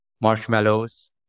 marshmallows